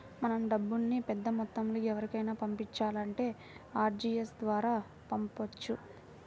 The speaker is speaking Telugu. మనం డబ్బుల్ని పెద్దమొత్తంలో ఎవరికైనా పంపించాలంటే ఆర్టీజీయస్ ద్వారా పంపొచ్చు